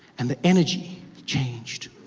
and the energy changed.